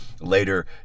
later